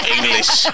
English